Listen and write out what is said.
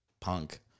punk